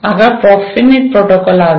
આગળ પ્રોફેનેટ પ્રોટોકોલ આવે છે